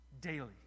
daily